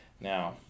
Now